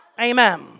Amen